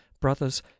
brothers